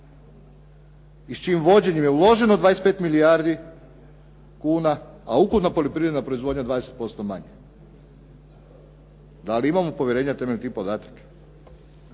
i s čijim vođenjem je uloženo 25 milijardi kuna a ukupna poljoprivredna proizvodnja je 20% manja. Da li imamo povjerenja temeljem tih podataka?